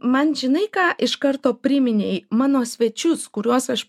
man žinai ką iš karto priminei mano svečius kuriuos aš